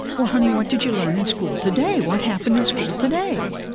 well, honey, what did you learn in school today? what happened in school today?